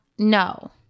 No